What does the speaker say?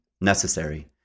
necessary